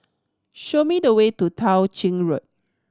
show me the way to Tao Ching Road